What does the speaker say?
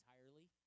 entirely